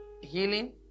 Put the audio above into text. healing